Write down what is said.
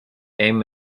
aim